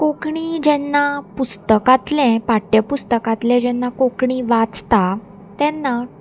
कोंकणी जेन्ना पुस्तकांतलें पाठ्यपुस्तकांतले जेन्ना कोंकणी वाचता तेन्ना